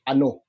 Ano